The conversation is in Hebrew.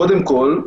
קודם כול,